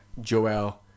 Joel